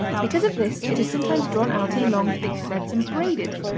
because of this it is sometimes drawn out in long thick threads and braided.